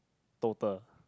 total